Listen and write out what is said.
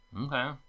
Okay